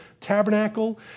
tabernacle